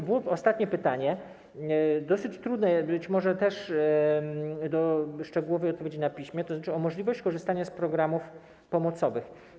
I ostatnie pytanie - dosyć trudne, być może też do szczegółowej odpowiedzi na piśmie - o możliwość korzystania z programów pomocowych.